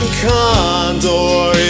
condor